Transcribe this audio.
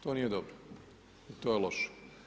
To nije dobro i to je loše.